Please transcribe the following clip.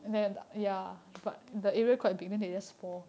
I see